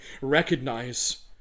recognize